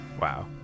wow